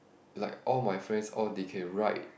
like all my friends all they can write